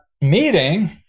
meeting